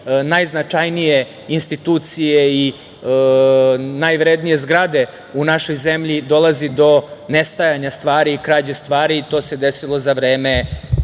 najznačajnije institucije i najvrednije zgrade u našoj zemlji, dolazi do nestajanja stvari i krađe stvari, a to se desilo za vreme